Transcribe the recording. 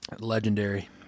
Legendary